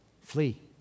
Flee